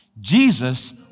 Jesus